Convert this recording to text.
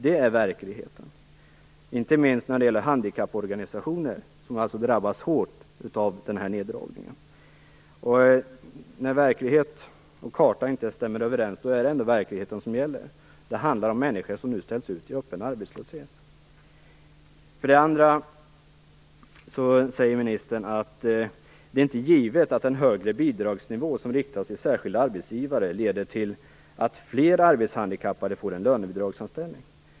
Det är verkligheten, inte minst när det gäller handikapporganisationer, som alltså drabbas hårt av neddragningen. När verklighet och karta inte stämmer överens är det trots allt verkligheten som gäller. Det handlar om människor som nu ställs ut i öppen arbetslöshet. Ministern sade att det inte är givet att en högre bidragsnivå som riktar sig till särskilda arbetsgivare leder till att fler arbetshandikappade får en lönebidragsanställning.